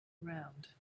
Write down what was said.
around